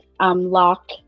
lock